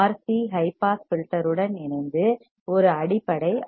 C RC high pass filter உடன் இணைந்து ஒரு அடிப்படை ஆர்